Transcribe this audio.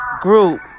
group